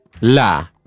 La